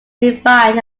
defined